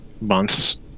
months